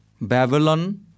Babylon